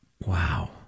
Wow